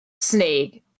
snake